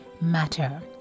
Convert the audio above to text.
matter